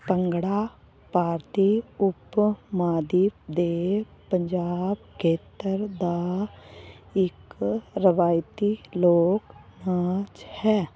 ਭੰਗੜਾ ਭਾਰਤੀ ਉਪ ਮਹਾਂਦੀਪ ਦੇ ਪੰਜਾਬ ਖੇਤਰ ਦਾ ਇੱਕ ਰਵਾਇਤੀ ਲੋਕ ਨਾਚ ਹੈ